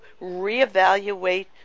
reevaluate